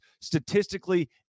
statistically